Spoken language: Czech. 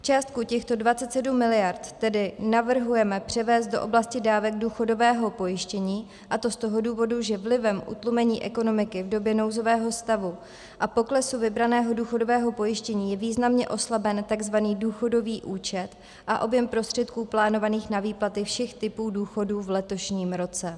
Částku, těchto 27 mld., tedy navrhujeme převést do oblasti dávek důchodového pojištění, a to z toho důvodu, že vlivem utlumení ekonomiky v době nouzového stavu a poklesu vybraného důchodového pojištění je významně oslaben takzvaný důchodový účet a objem prostředků plánovaných na výplatu všech typů důchodů v letošním roce.